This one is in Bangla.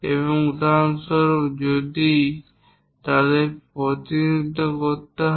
এবং উদাহরণস্বরূপ যদি তাদের প্রতিনিধিত্ব করতে হয়